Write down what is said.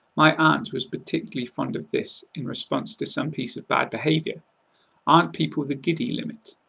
my aunt was particularly fond of this, in response to some piece of bad behaviour aren't people the giddy limit?